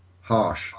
harsh